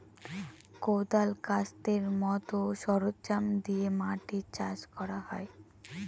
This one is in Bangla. কোঁদাল, কাস্তের মতো সরঞ্জাম দিয়ে মাটি চাষ করা হয়